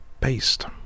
paste